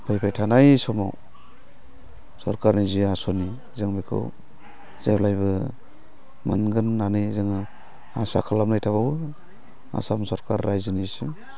फैबाय थानाय समाव सरखारनि जि आसनि जों बेखौ जेब्लायबो मोनगोन होन्नानै जोङो आसा खालामनाय थाबावो आसाम सरखार राइजोनिसिम